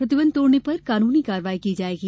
प्रतिबंध तोड़ने पर कानूनी कार्यवाही की जाएगी